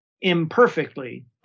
imperfectly